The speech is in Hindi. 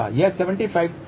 वह 75 सेमी होगी